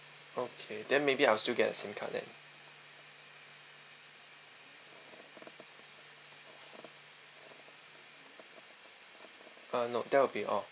okay then maybe I'll still get a SIM card then uh nope that will be all